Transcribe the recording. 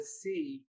see